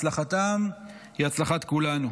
הצלחתם היא הצלחת כולנו.